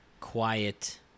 quiet